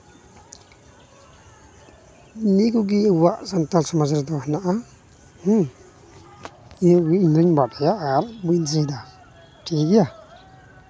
ᱱᱤᱭᱟᱹ ᱠᱚᱜᱮ ᱟᱵᱚᱣᱟᱜ ᱥᱟᱱᱛᱟᱞ ᱥᱚᱢᱟᱡᱽ ᱨᱮᱫᱚ ᱦᱮᱱᱟᱜᱼᱟ ᱦᱩᱸ ᱱᱤᱭᱟᱹ ᱠᱚᱜᱮ ᱤᱧᱫᱩᱧ ᱵᱟᱰᱟᱭᱟ ᱟᱨ ᱵᱟᱹᱧ ᱫᱤᱥᱟᱹᱭᱮᱫᱟ ᱴᱷᱤᱠᱜᱮᱭᱟ